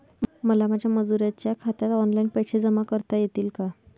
मला माझ्या मजुरांच्या खात्यात ऑनलाइन पैसे जमा करता येतील का?